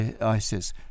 ISIS